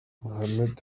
mohamed